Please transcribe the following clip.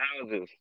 houses